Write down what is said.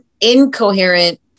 incoherent